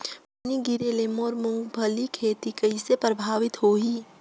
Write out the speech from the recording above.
पानी गिरे ले मोर मुंगफली खेती कइसे प्रभावित होही?